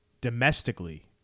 domestically